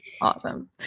Awesome